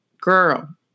girl